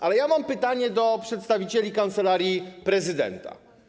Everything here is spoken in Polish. Ale ja mam pytanie do przedstawicieli Kancelarii Prezydenta.